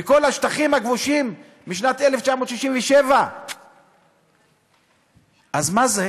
בכל השטחים הכבושים משנת 1967. אז מה זה